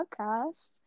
podcast